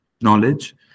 knowledge